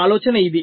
ఆలోచన ఇది